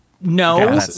no